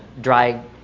dry